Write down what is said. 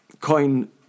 coin